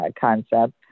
concept